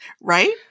Right